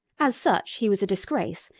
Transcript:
as such he was a disgrace,